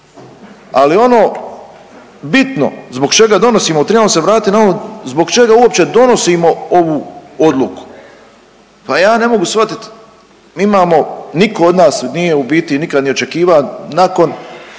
Ali ono bitno zbog čega donosimo tribamo se vratiti na ono zbog čega uopće donosimo ovu odluku. Pa ja ne mogu shvatiti mi imamo niko od nas nije u biti nikad ni očekva nakon